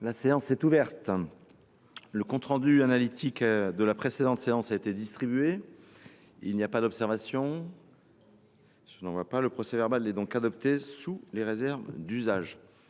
La séance est ouverte. Le compte rendu analytique de la précédente séance a été distribué. Il n’y a pas d’observation ?… Le procès verbal est adopté sous les réserves d’usage.